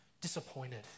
disappointed